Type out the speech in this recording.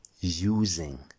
using